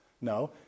No